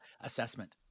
assessment